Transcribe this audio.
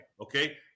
Okay